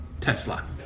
Tesla